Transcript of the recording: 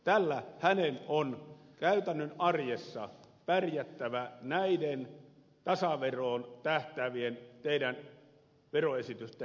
tällä hänen on käytännön arjessa pärjättävä näiden teidän tasaveroon tähtäävien veroesitystenne kanssa